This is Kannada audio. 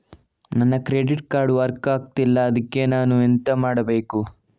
ನನ್ನ ಕ್ರೆಡಿಟ್ ಕಾರ್ಡ್ ವರ್ಕ್ ಆಗ್ತಿಲ್ಲ ಅದ್ಕೆ ನಾನು ಎಂತ ಮಾಡಬೇಕು?